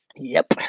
yup,